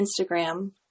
Instagram